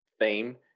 theme